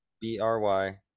B-R-Y